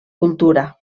cultura